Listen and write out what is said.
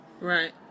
Right